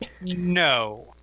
No